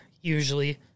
usually